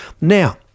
Now